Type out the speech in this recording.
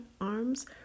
arms